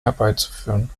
herbeizuführen